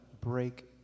break